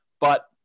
but-